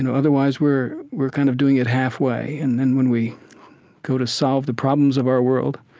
and otherwise we're we're kind of doing it halfway. and then when we go to solve the problems of our world,